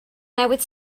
newydd